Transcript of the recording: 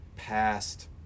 Past